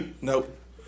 nope